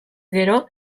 gero